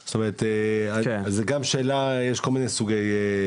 אז זה גם שאלה, יש כל מיני סוגי פריפריות.